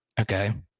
Okay